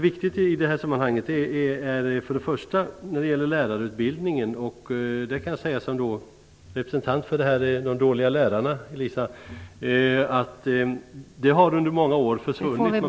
Först och främst är lärarutbildningen viktig. Kanske som en representant för de dåliga lärarna kan jag säga till Elisa Abascal Reyes att det under många år har försvunnit ...